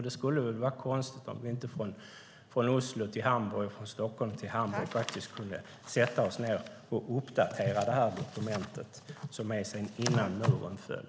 Det skulle väl vara konstigt om vi inte från Oslo till Hamburg, från Stockholm till Hamburg faktiskt kunde sätta oss ned och uppdatera det här dokumentet som är från tiden innan muren föll.